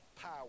power